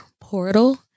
portal